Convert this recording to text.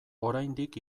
oraindik